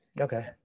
Okay